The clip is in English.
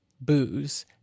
booze